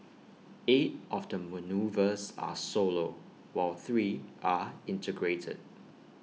eight of the manoeuvres are solo while three are integrated